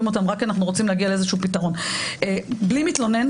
להגיע למצב של עבירה בלי שיש מתלונן